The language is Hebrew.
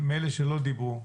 מאלה שלא דיברו.